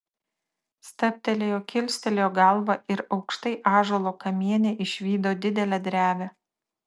stabtelėjo kilstelėjo galvą ir aukštai ąžuolo kamiene išvydo didelę drevę